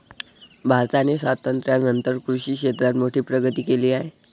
भारताने स्वातंत्र्यानंतर कृषी क्षेत्रात मोठी प्रगती केली आहे